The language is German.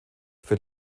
für